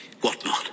whatnot